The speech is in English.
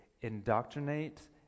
indoctrinate